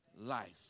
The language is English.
life